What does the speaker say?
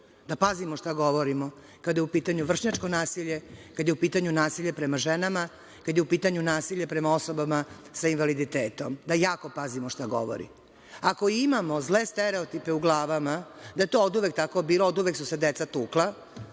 da pazimo šta govorimo kada je u pitanju vršnjačko nasilje, kada je u pitanju nasilje prema ženama, kada je u pitanju nasilje prema osobama sa invaliditetom, da jako pazimo šta govorimo. Ako imamo zle stereotipe u glavama da je to oduvek tako bilo, oduvek su se deca tukla